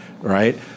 right